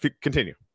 continue